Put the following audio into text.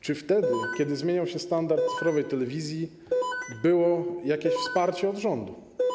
Czy wtedy, kiedy zmieniał się standard cyfrowej telewizji, było jakieś wsparcie od rządu?